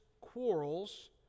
quarrels